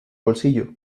bolsillo